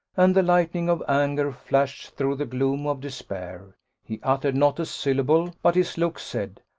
and the lightning of anger flashed through the gloom of despair he uttered not a syllable but his looks said,